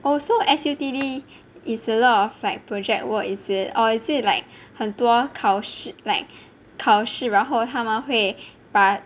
oh so S_U_T_D is a lot of like project work is it or is it like 很多考试 like 考试然后他们会把